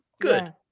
Good